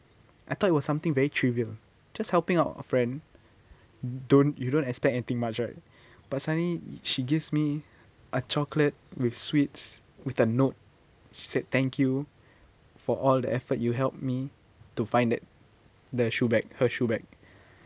I thought it was something very trivial just helping out a friend don't you don't expect anything much right but suddenly she gives me a chocolate with sweets with a note said thank you for all the effort you help me to find that the shoe bag her shoe bag